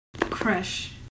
crush